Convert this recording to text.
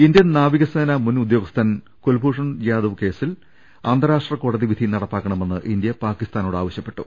Indian നാവിക സേനാ മുൻ ഉദ്യോഗസ്ഥൻ കുൽഭൂഷൺ ജാദവ് കേസിൽ അന്താരാഷ്ട്ര കോടതി വിധി നടപ്പാക്കണമെന്ന് ഇന്ത്യ പാകി സ്ഥാനോട് ആവശ്യപ്പെട്ടു